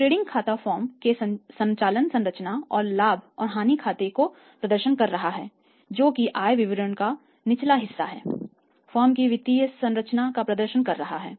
trading खाता firm के संचालन संरचना और लाभ और हानि खाते का प्रदर्शन कर रहा है जो कि आय विवरण का निचला हिस्सा है फर्म की वित्तीय संरचना का प्रदर्शन कर रहा है